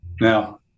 Now